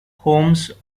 holmes